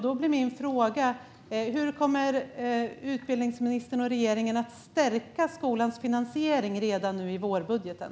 Då blir min fråga: Hur kommer utbildningsministern och regeringen att stärka skolans finansiering redan nu i vårbudgeten?